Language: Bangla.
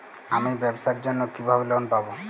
আমি ব্যবসার জন্য কিভাবে লোন পাব?